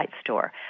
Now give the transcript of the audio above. store